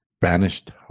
Banished